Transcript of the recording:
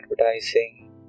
advertising